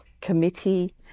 committee